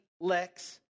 Lex